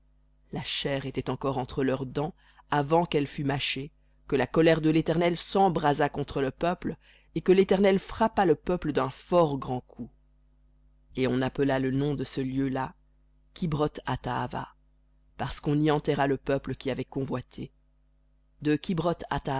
la chair était encore entre leurs dents avant qu'elle fût mâchée que la colère de l'éternel s'embrasa contre le peuple et que l'éternel frappa le peuple d'un fort grand coup et on appela le nom de ce lieu-là kibroth hattaava parce qu'on y enterra le peuple qui avait convoité de